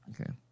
okay